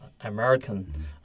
American